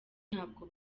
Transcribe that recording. ntabwo